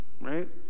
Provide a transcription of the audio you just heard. right